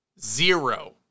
zero